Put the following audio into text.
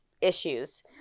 issues